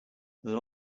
there